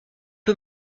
peu